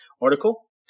article